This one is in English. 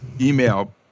email